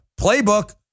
playbook